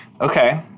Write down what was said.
Okay